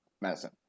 medicine